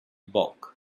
bulk